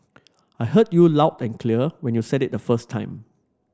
I heard you loud and clear when you said it the first time